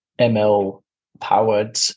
ML-powered